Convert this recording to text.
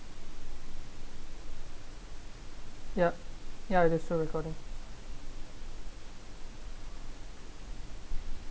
yup ya this still recording